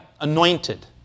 anointed